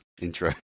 intro